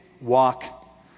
walk